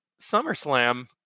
SummerSlam